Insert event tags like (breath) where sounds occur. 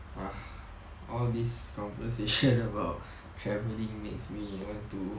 !wah! all this conversation (breath) about travelling makes me want to